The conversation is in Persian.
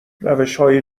روشهای